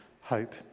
hope